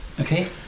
Okay